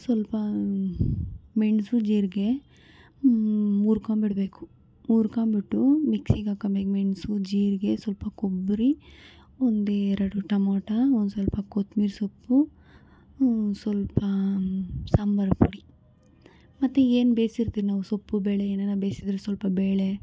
ಸ್ವಲ್ಪ ಮೆಣಸು ಜೀರಿಗೆ ಹುರ್ಕೊಂಬಿಡ್ಬೇಕು ಹುರ್ಕೊಂಬಿಟ್ಟು ಮಿಕ್ಸಿಗಾಕ್ಕೋಬೇಕು ಮೆಣಸು ಜೀರಿಗೆ ಸ್ವಲ್ಪ ಕೊಬ್ರಿ ಒಂದೆರಡು ಟೊಮಾಟೋ ಒಂದ್ಸ್ವಲ್ಪ ಕೊತ್ತಂಬ್ರಿ ಸೊಪ್ಪು ಸ್ವಲ್ಪ ಸಾಂಬರು ಪುಡಿ ಮತ್ತೆ ಏನು ಬೇಯಿಸಿರ್ತೀನಿ ಸೊಪ್ಪು ಬೇಳೆ ಏನೇನು ಬೇಯಿಸಿದ್ರೆ ಸ್ವಲ್ಪ ಬೇಳೆ